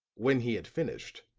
when he had finished,